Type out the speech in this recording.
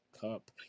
Cup